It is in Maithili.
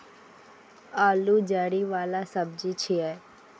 आलू जड़ि बला सब्जी छियै